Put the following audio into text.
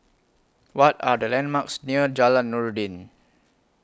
What Are The landmarks near Jalan Noordin